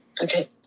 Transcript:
Okay